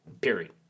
Period